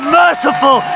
merciful